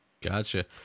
Gotcha